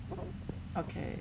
okay